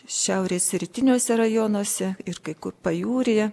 šiaurės rytiniuose rajonuose ir kai kur pajūryje